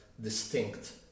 distinct